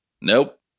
Nope